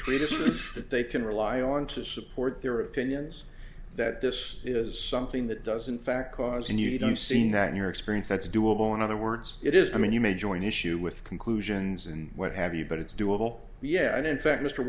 treatises that they can rely on to support their opinions that this is something that doesn't fact cause and you don't seem that your experience that's doable in other words it is i mean you may join issue with conclusions and what have you but it's doable yeah and in fact mr